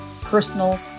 personal